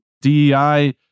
DEI